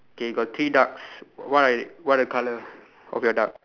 K got three ducks what are what are the colour of your duck